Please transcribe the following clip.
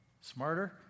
smarter